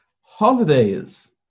Holidays